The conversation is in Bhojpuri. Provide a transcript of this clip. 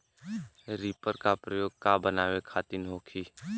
रिपर का प्रयोग का बनावे खातिन होखि?